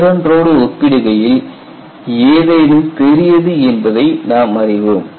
வேறொன்றோடு ஒப்பிடுகையில் ஏதேனும் பெரியது என்பதை நாம் அறிவோம்